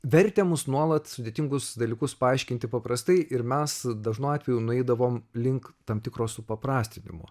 vertė mus nuolat sudėtingus dalykus paaiškinti paprastai ir mes dažnu atveju nueidavom link tam tikro suprastinimo